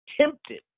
tempted